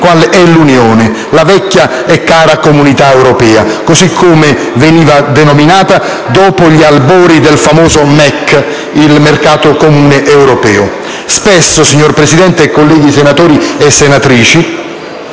qual è l'Unione, la vecchia e cara Comunità europea, così come veniva denominata dopo gli albori del famoso MEC, il Mercato comune europeo. Spesso, signor Presidente, colleghi senatori e senatrici,